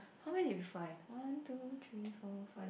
how many did we find one two three four five